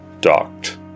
docked